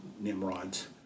Nimrods